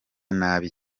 nabi